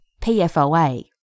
PFOA